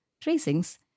tracings